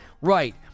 Right